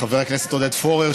חבר הכנסת עודד פורר,